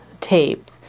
tape